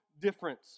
difference